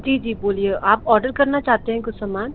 जी जी बोलिए आप ऑर्डर करना चाहते हैं कुछ समान